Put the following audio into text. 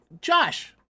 Josh